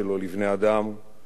ובמיוחד לדור הצעיר.